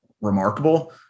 remarkable